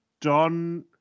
Don